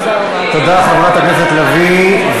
תודה לחברת הכנסת לביא.